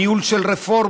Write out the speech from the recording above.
ניהול של רפורמות,